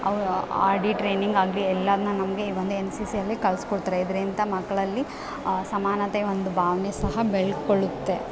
ಅವು R D training ಆಗಲಿ ಎಲ್ಲಾದನ್ನ ನಮಗೆ ಈ ಒಂದು ಎನ್ ಸಿ ಸಿಯಲ್ಲಿ ಕಲ್ಸ್ಕೊಡ್ತಾರೆ ಇದರಿಂದ ಮಕ್ಕಳಲ್ಲಿ ಸಮಾನತೆ ಒಂದು ಭಾವನೆ ಸಹ ಬೆಳ್ಕೊಳ್ಳುತ್ತೆ